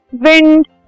wind